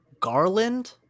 Garland